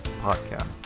podcast